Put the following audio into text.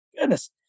goodness